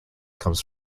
comes